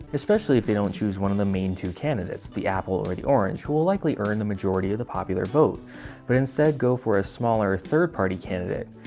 especially if they don't choose one of the main two candidates, the apple or the orange, who will likely earned the majority of the popular vote but instead go for a smaller third party candidate.